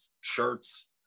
shirts